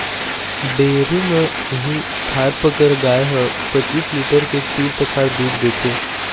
dairy म इहीं थारपकर गाय ह पचीस लीटर के तीर तखार दूद देथे